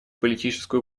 политическую